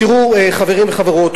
תראו, חברים וחברות.